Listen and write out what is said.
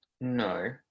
No